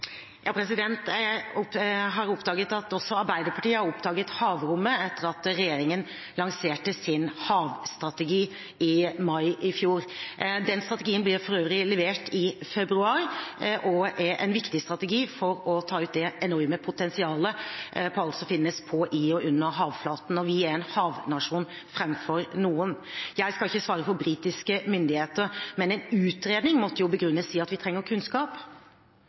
Jeg har oppdaget at også Arbeiderpartiet har oppdaget havrommet etter at regjeringen lanserte sin havstrategi i mai i fjor. Den strategien ble for øvrig levert i februar, og er en viktig strategi for å ta ut det enorme potensialet på alt som finnes på, i og under havoverflaten, og vi er en havnasjon framfor noen. Jeg skal ikke svare for britiske myndigheter, men en utredning måtte jo begrunnes i at vi trenger kunnskap.